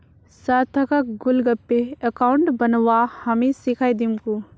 सार्थकक Google Pay account बनव्वा हामी सीखइ दीमकु